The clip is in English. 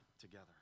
together